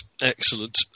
excellent